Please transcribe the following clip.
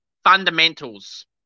fundamentals